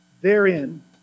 therein